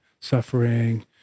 suffering